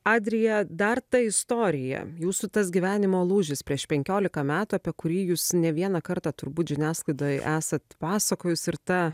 adrija dar ta istorija jūsų tas gyvenimo lūžis prieš penkiolika metų apie kurį jūs ne vieną kartą turbūt žiniasklaidoj esat pasakojus ir ta